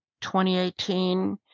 2018